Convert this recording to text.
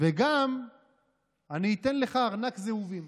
וגם אני אתן לך ארנק זהובים.